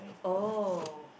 oh